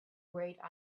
wait